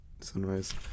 sunrise